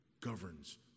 governs